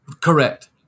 Correct